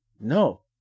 no